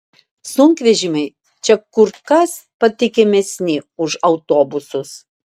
sunkvežimiai čia kur kas patikimesni už autobusus